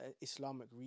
Islamic